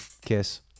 kiss